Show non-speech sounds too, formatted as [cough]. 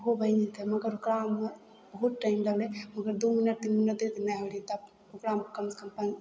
उहो बनि जइतय मगर ओकरामे बहुत टाइम लगलय मगर दू मिनट तीन मिनट [unintelligible] नहि रहि तब ओकरामे कमसँ कम पन